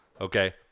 Okay